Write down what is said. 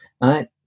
right